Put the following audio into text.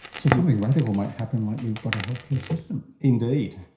so something radical might happen, like we've got a healthcare system. indeed.